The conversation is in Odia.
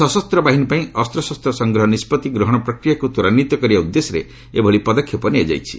ସଶସ୍ତ ବାହିନୀପାଇଁ ଅସ୍ତ୍ରଶସ୍ତ ସଂଗ୍ରହ ନିଷ୍ପଭି ଗ୍ରହଣ ପ୍ରକ୍ରିୟାକ୍ ତ୍ୱରାନ୍ୱିତ କରିବା ଉଦ୍ଦେଶ୍ୟରେ ଏଭଳି ପଦକ୍ଷେପ ନିଆଯାଇଛି